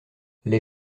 les